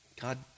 God